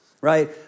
right